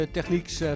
Technieks